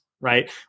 right